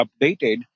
updated